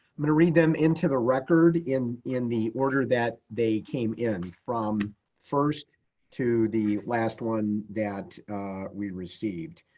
i'm gonna read them into the record in in the order that they came in from first to the last one that we received.